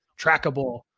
trackable